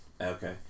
Okay